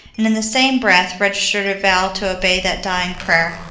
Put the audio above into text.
and in the same breath registered a vow to obey that dying prayer.